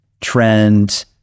trend